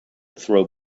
throw